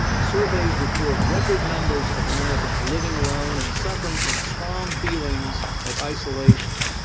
surveys report record numbers of americans living alone and suffering from strong feelings of isolation.